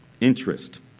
interest